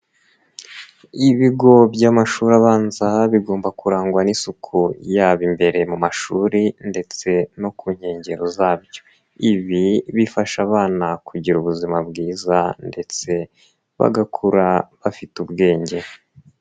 Ibigo by'amashuri abanza bigomba kurangwa n'isuku yaba imbere mu mashuri ndetse no ku nkengero zabyo. Ibi bifasha abana kugira ubuzima bwiza ndetse bagakura bafite ubwenge.